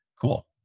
cool